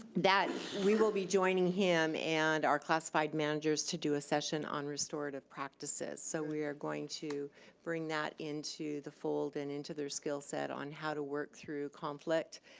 that we will be joining him and our classified managers to do a session on restorative practices. so we are going to bring that into the fold and into their skillset on how to work through conflict.